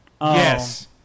Yes